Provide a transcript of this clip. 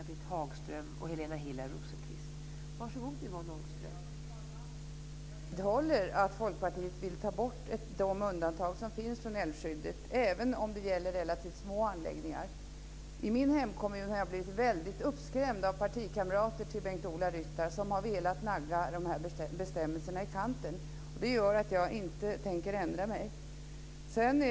Fru talman! Jag vidhåller att Folkpartiet vill ta bort de undantag som finns från älvskyddet, även om det gäller relativt små anläggningar. I min hemkommun har jag blivit väldigt uppskrämd av partikamrater till Bengt-Ola Ryttar som har velat nagga de här bestämmelserna i kanten. Det gör att jag inte tänker ändra mig.